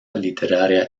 literaria